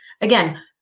Again